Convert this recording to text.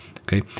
okay